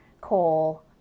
coal